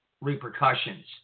repercussions